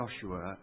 Joshua